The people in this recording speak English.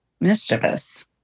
mischievous